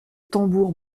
tambour